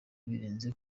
birenze